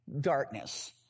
darkness